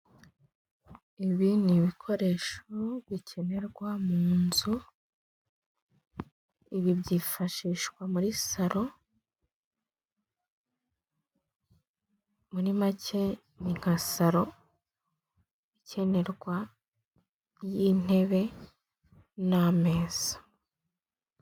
Ibi ni ibikoresho bikenerwa mu nzu, ibi byifashishwa muri saro, muri make ni nka saro ikenerwa y'intebe n' ameza.